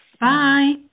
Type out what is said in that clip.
Bye